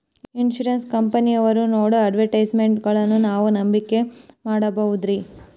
Insurance ಕಂಪನಿಯವರು ನೇಡೋ ಅಡ್ವರ್ಟೈಸ್ಮೆಂಟ್ಗಳನ್ನು ನಾವು ನಂಬಿಕೆ ಮಾಡಬಹುದ್ರಿ?